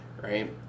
right